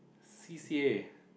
C C A